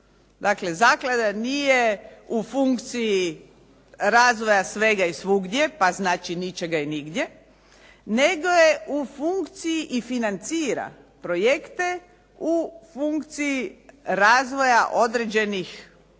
zaklada nije u funkciji razvoja svega i svugdje, pa znači ničega i nigdje, nego je u funkciji i financira projekte u funkciji razvoja određenih točaka